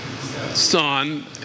son